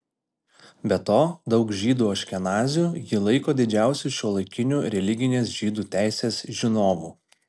be to daug žydų aškenazių jį laiko didžiausiu šiuolaikiniu religinės žydų teisės žinovu